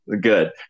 Good